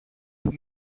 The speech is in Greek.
του